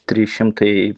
trys šimtai